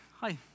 Hi